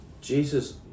Jesus